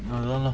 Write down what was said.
அதான்:athaan lah